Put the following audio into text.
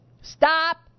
Stop